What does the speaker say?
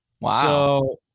Wow